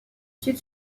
sud